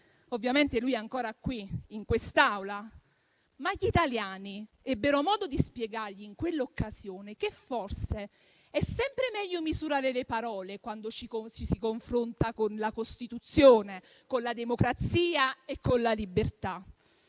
Ovviamente lui è ancora qui in quest'Aula; ma gli italiani ebbero modo di spiegargli, in quell'occasione, che forse è sempre meglio misurare le parole quando ci si confronta con la Costituzione, con la democrazia e con la libertà.